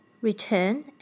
return